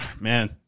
Man